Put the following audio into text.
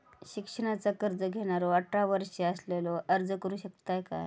शिक्षणाचा कर्ज घेणारो अठरा वर्ष असलेलो अर्ज करू शकता काय?